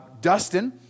Dustin